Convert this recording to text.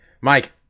Mike